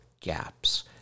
gaps